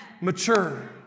mature